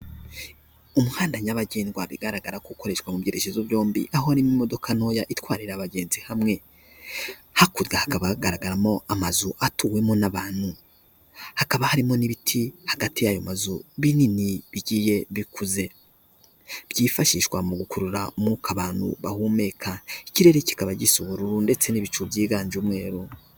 Umuhanda nyabagendwa bigaragara ko ukoreshwa mu byerekezo byombi, aho harimo imodoka ntoya itwarira abagenzi hamwe, hakurya hakaba hagaragaramo amazu atuwemo n'abantu, hakaba harimo n'ibiti hagati y'ayo mazu binini bigiye bikuze, byifashishwa mu gukurura umwuka abantu bahumeka, ikirere kikaba gisa ubururu ndetse n'ibicu byiganje umweru.